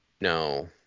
no